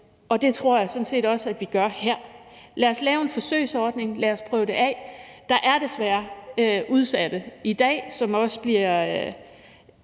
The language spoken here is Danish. og det tror jeg sådan set også at vi gør her. Lad os lave en forsøgsordning, lad os prøve det af. Der er desværre udsatte i dag, som også bliver,